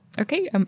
okay